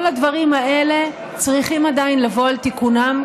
כל הדברים האלה עדיין צריכים לבוא על תיקונם,